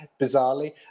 bizarrely